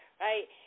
right